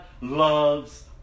loves